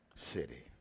city